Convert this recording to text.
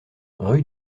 rue